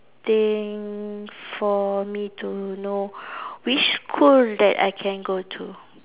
think for me to know which school that I can go to